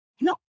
No